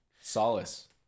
Solace